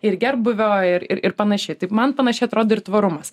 ir gerbūvio ir ir panašiai taip man panašiai atrodo ir tvarumas